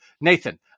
Nathan